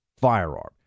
firearm